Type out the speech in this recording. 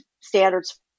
standards